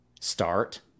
Start